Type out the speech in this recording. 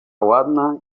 ładna